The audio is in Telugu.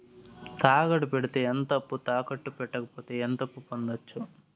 తాకట్టు పెడితే ఎంత అప్పు, తాకట్టు పెట్టకపోతే ఎంత అప్పు పొందొచ్చు?